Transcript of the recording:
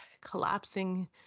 collapsing